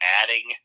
adding